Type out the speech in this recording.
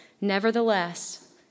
Nevertheless